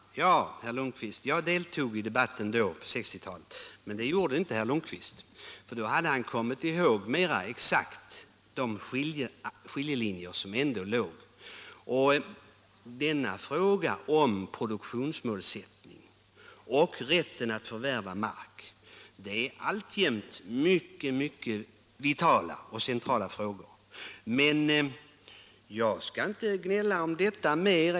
Herr talman! Ja, herr Lundkvist, jag deltog i debatten på 1960-talet. Men det gjorde inte herr Lundkvist! Då hade han mera exakt kommit ihåg de skiljaktigheter som ändå fanns. Frågorna om produktionsmålsättningen och rätten att förvärva mark är alltjämt mycket vitala och centrala. Men jag skall inte gnälla om detta mer.